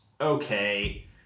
okay